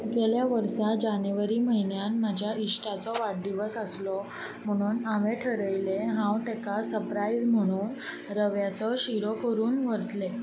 गेल्या वर्सा जानेवारी म्हयन्यान म्हज्या इश्टाचो वाडदिवस आसलो म्हणून हांवें थरयलें हांव ताका सप्रायज म्हूण रव्याचो शिरो करून व्हरतलें